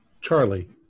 Charlie